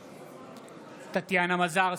בעד טטיאנה מזרסקי,